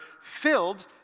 filled